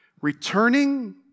Returning